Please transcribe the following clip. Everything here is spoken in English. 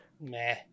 Meh